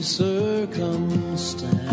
circumstance